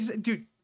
dude